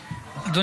אני